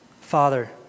Father